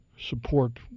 support